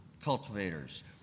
cultivators